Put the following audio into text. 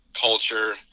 culture